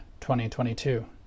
2022